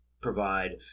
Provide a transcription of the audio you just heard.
provide